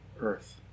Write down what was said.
Earth